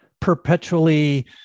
perpetually